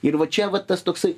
ir va čia vat tas toksai